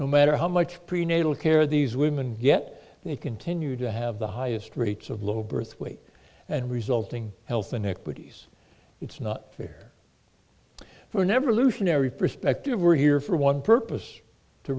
no matter how much prenatal care these women get they continue to have the highest rates of low birth weight and resulting health inequities it's not fair for never illusionary perspective we're here for one purpose to